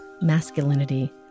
masculinity